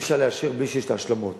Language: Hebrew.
ואי-אפשר לאשר בלי שיש ההשלמות.